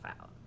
out